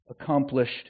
accomplished